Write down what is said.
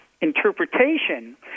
interpretation